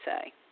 say